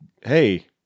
hey